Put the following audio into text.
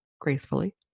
gracefully